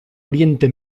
oriente